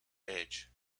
edge